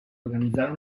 organizzare